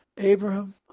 Abraham